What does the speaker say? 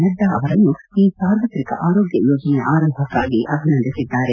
ನಡ್ಲಾ ಅವರನ್ನು ಈ ಸಾರ್ವತ್ರಿಕ ಆರೋಗ್ಯ ಯೋಜನೆಯ ಆರಂಭಕ್ಕಾಗಿ ಅಭಿನಂದಿಸಿದ್ದಾರೆ